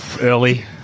Early